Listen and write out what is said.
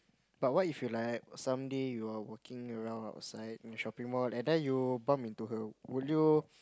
but what if you like someday you are walking around outside in shopping mall and then you bump into her would you